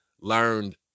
learned